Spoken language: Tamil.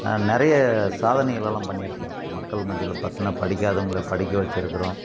நிறைய சாதனைகளெல்லாம் பண்ணியிருக்குறோம் மக்கள் மத்தியில் பார்த்தோன்னா படிக்காதவங்கள படிக்க வச்சிருக்கிறோம்